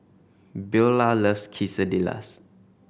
Beaulah loves Quesadillas